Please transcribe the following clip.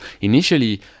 initially